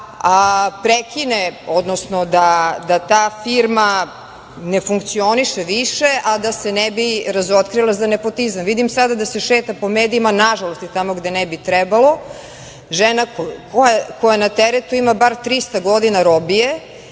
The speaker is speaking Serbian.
da prekine, odnosno da ta firma ne funkcioniše više, a da se ne bi razotkrilo za nepotizam. Vidim sada da se šeta po medijima nažalost i tamo gde ne bi trebalo žena koja na teretu ima bar 300 godina robije